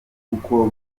kuko